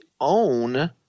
own